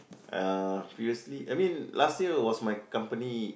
uh previously I mean last year was my company